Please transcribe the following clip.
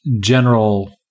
general